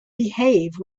behave